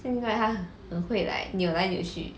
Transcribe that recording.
现在他很会 like 扭来扭去